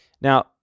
Now